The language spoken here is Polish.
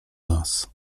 nas